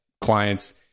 clients